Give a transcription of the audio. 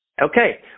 Okay